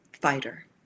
fighter